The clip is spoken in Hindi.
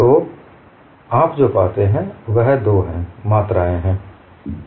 फिर आपके पास टाउ xy है जिसे qx बट्टे 8I गुणा h वर्ग ऋण 4y वर्ग के रूप दिया गया है